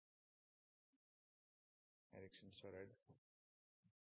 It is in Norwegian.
Eriksen Søreide